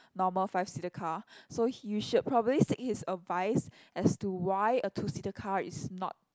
normal five seater car so he you should probably seek his advice as to why a two seater car is not